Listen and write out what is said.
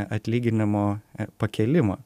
atlyginimo pakėlimo